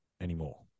anymore